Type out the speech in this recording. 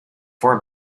for